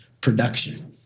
production